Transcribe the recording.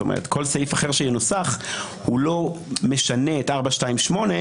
כל סעיף אחר שינוסח הוא לא משנה את 428,